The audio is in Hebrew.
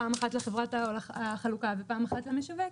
פעם אחת לחברת החלוקה ופעם אחת למשווק,